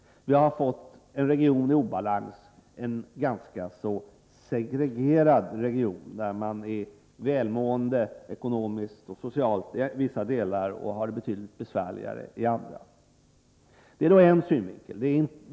Vi har fått en region i obalans, en ganska segregerad region, där människorna är ekonomiskt och socialt välmående i vissa delar medan de har det betydligt besvärligare i andra. Det är en synvinkel.